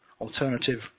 alternative